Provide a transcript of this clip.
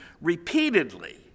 repeatedly